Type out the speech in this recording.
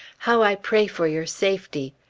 how i pray for your safety!